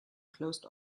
closed